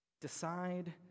Decide